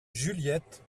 juliette